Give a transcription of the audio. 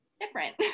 different